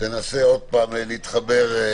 תנסה עוד פעם להתחבר.